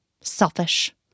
selfish